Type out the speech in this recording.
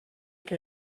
que